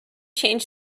change